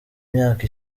myaka